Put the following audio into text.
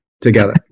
together